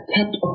kept